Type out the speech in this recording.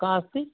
कानि अस्ति